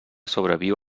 sobreviu